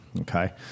okay